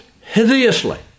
hideously